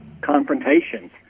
confrontations